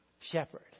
shepherd